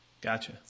Gotcha